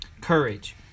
Courage